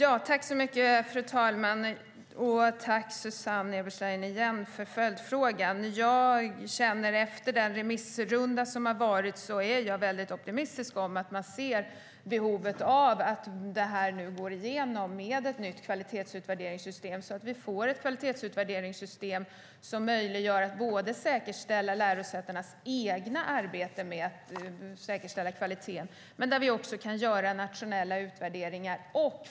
Fru talman! Tack, Susanne Eberstein, för följdfrågan! Efter den remissrunda som har varit är jag väldigt optimistisk. Det finns ett behov av att förslaget till nytt kvalitetsutvärderingssystem går igenom. Det säkerställer både lärosätenas egna arbeten med att säkerställa kvaliteten och att nationella utvärderingar görs.